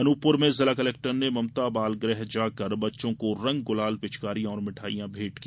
अनुपपुर में जिला कलेक्टर ने ममता बालगृह जाकर बच्चों को रंग गुलाल पिचकारियां और मिठाईयां भेंट की